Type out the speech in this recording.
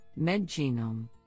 MedGenome